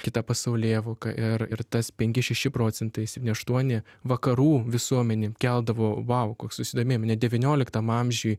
kita pasaulėvoka ir ir tas penki šeši procentai septyni aštuoni vakarų visuomenėm keldavo vau kokį susidomėjimą devynioliktam amžiuj